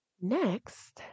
next